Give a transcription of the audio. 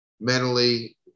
mentally